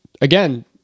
again